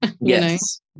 Yes